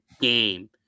game